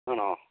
ആണോ